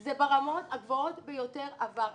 זה ברמות הגבוהות ביותר עבר.